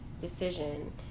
decision